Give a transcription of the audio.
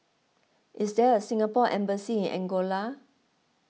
is there a Singapore Embassy in Angola